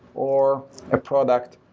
or a product,